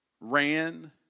ran